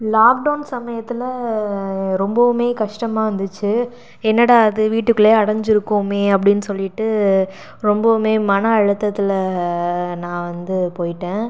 lockdown சமயத்தில் ரொம்பவுமே கஷ்டமாக இருந்துச்சு என்னடா இது வீட்டுக்குள்ளையே அடஞ்சு இருக்கோமே அப்படின்னு சொல்லிவிட்டு ரொம்பவும் மன அழுத்தத்தில் நான் வந்து போயிட்டேன்